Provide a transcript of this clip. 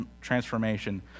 transformation